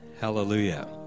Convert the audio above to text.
Hallelujah